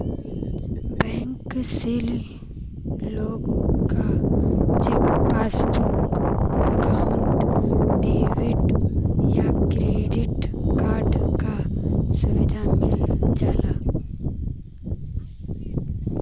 bank से लोग क चेक, पासबुक आउर डेबिट या क्रेडिट कार्ड क सुविधा मिल जाला